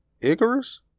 Icarus